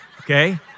okay